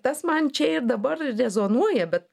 tas man čia ir dabar rezonuoja bet